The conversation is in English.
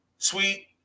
sweet